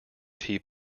tea